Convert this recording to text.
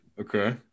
Okay